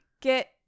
Get